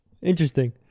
Interesting